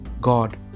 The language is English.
God